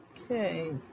Okay